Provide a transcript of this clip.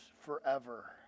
forever